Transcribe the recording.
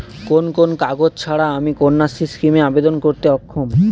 কোন কোন কাগজ ছাড়া আমি কন্যাশ্রী স্কিমে আবেদন করতে অক্ষম?